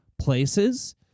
places